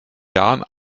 jahren